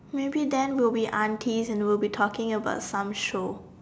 maybe then we'll be aunties and we will be talking about some show